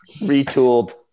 Retooled